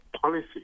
policy